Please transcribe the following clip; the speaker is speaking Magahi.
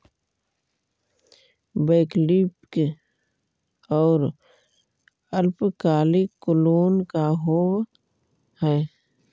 वैकल्पिक और अल्पकालिक लोन का होव हइ?